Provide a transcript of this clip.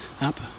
up